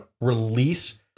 release